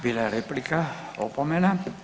Bila je replika, opomena.